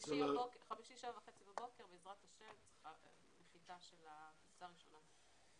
בחמישי בשבע וחצי בבוקר בעזרת ה' צריכה להיות נחיתה של הטיסה הראשונה.